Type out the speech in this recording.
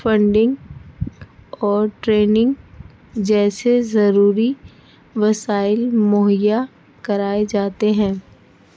funding اور training جیسے ضروری وسائل مہیا کرائے جاتے ہیں